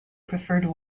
preferred